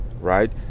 right